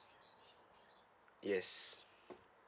yes